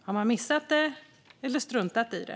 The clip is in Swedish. Har man missat det eller struntat i det?